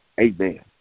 Amen